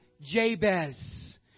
Jabez